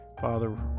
father